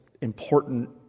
important